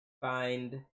find